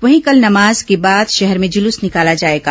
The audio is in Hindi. वहीं कल नमाज के बाद शहर में जुलूस निकाला जाएगा